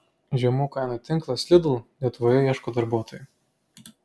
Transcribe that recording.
žemų kainų tinklas lidl lietuvoje ieško darbuotojų